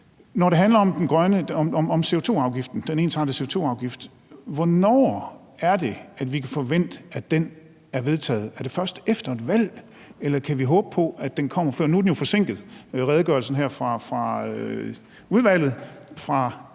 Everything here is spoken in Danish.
Når det handler om den ensartede CO2-afgift, hvornår er det så, vi kan forvente, at den er vedtaget? Er det først efter et valg, eller kan vi håbe på, at den kommer før? Nu er redegørelsen her fra udvalget jo